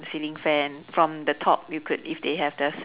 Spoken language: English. ceiling fan from the top you could if they have the